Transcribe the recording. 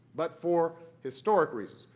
but for historic reasons,